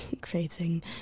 creating